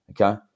okay